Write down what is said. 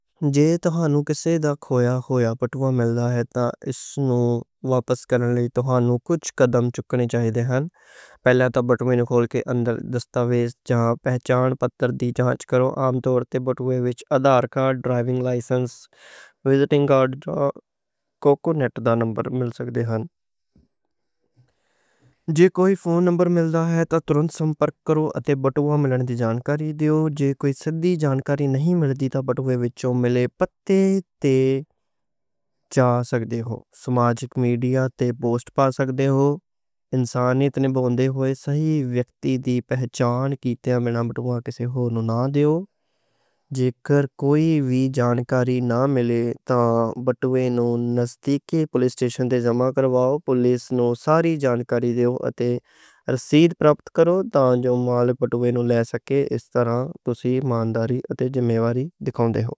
جے توھانوں کسے کھویا ہویا بٹوا مل جاوے، تے تُسی کیہ کر سکدے او۔ قدم چکنے چاہیدے نیں، پہلاں بٹوا کھولو تے اندر دے دستاویز ویکھو۔ شناختی کارڈ، آدھار کارڈ، ڈرائیونگ لائسنس تے وزٹنگ کارڈ چیک کرو۔ جے کوئی فون نمبر لبھ جاوے تاں فوراً رابطہ کرو تے بٹوا لبھن دی جانکاری دیو۔ جے سیدھی جانکاری نہ لبھے تاں بٹوے وچ ملے پتے تے جا سکدے او۔ سماجی میڈیا تے پوسٹ پا سکدے او تاکہ صحیح بندے دی شناخت کِتی جا سکے۔ جے کوئی وی جانکاری نہ لبھے تاں بٹوا نوں نزدیکی پولیس سٹیشن تے جمع کراؤ تے پولیس نوں ساری جانکاری دیو۔ رسید حاصل کرو تاں جو مالک بٹوا نوں لے سکّن، اس طرح تُسی مانداری تے ذمّہ داری دِکھاؤندے او۔